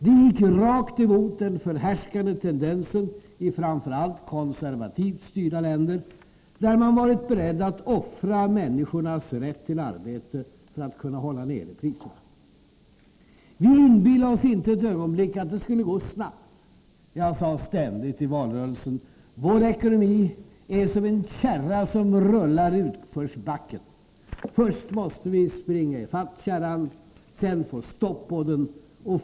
Det gick rakt emot den förhärskande tendensen i framför allt konservativt styrda länder, där man varit beredd att offra människors rätt till arbete för att kunna hålla nere priserna. Vi inbillade oss inte ett ögonblick att det skulle gå snabbt. Jag sade ständigt i valrörelsen: Vår ekonomi är som en kärra som rullar i utförsbacken. Först måste vi springa ikapp kärran, sedan få stopp på den.